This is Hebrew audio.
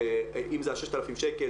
אם זה ה-6,000 שקלים,